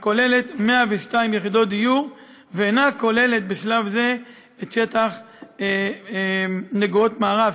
הכוללת 102 יחידות דיור ואינה כוללת את שטח נגוהות מערב,